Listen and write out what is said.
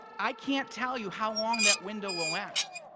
i can't tell you how long that window will last.